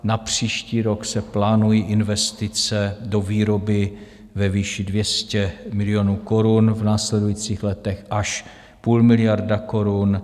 Na příští rok se plánují investice do výroby ve výši 200 milionů korun, v následujících letech až půl miliardy korun.